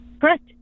Correct